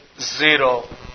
zero